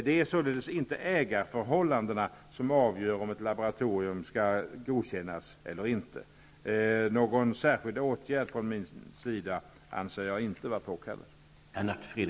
Det är således inte ägarförhållandena som avgör om ett laboratorium skall godkännas eller inte. Någon särskild åtgärd från min sida anser jag inte vara påkallad.